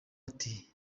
ati